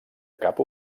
cap